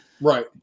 right